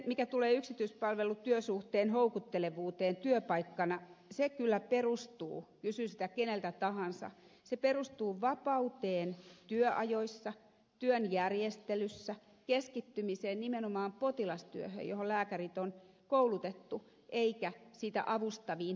mitä tulee yksityispalvelutyösuhteen houkuttelevuuteen työpaikkana se kyllä perustuu kysyy sitä keneltä tahansa vapauteen työajoissa työn järjestelyssä keskittymiseen nimenomaan potilastyöhön johon lääkärit on koulutettu eikä sitä avustaviin tehtäviin